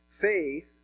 faith